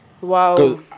Wow